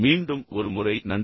மீண்டும் ஒரு முறை நன்றி